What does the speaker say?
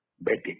betting